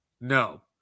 No